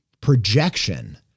projection